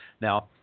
Now